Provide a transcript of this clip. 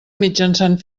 mitjançant